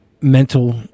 mental